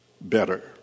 better